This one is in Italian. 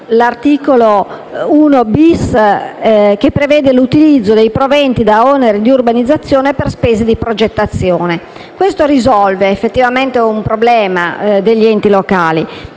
l'articolo 1‑*bis*, che prevede l'utilizzo dei proventi da oneri di urbanizzazione per spese di progettazione. L'articolo risolve effettivamente un problema degli enti locali,